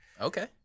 Okay